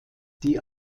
die